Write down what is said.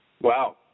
wow